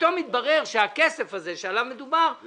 פתאום התברר שהכסף הזה שעליו מדובר הוא